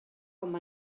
com